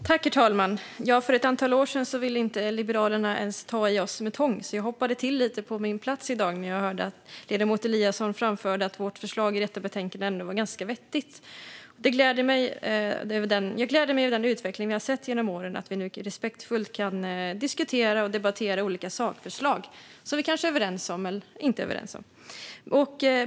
Herr talman! För ett antal år sedan ville inte Liberalerna ta i oss med tång, så jag hoppade till lite på min plats när jag hörde att ledamot Eliasson framförde att vårt förslag i detta betänkande ändå var ganska vettigt. Jag gläder mig över den utveckling vi har sett genom åren, det vill säga att vi nu respektfullt kan diskutera och debattera olika sakförslag som vi är överens om, eller inte överens om.